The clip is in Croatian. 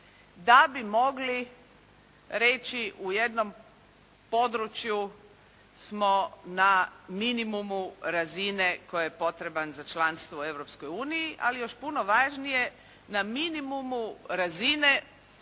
da bi mogli reći u jednom području smo na minimumu razine koji je potreban za članstvo u Europskoj uniji ali još puno važnije na minimumu razine